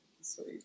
sweet